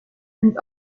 and